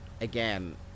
again